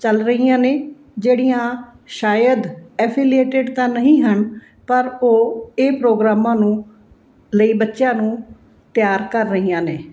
ਚੱਲ ਰਹੀਆਂ ਨੇ ਜਿਹੜੀਆਂ ਸ਼ਾਇਦ ਐਫੀਲੇਟਿਡ ਤਾਂ ਨਹੀਂ ਹਨ ਪਰ ਉਹ ਇਹ ਪ੍ਰੋਗਰਾਮਾਂ ਨੂੰ ਲਈ ਬੱਚਿਆਂ ਨੂੰ ਤਿਆਰ ਕਰ ਰਹੀਆਂ ਨੇ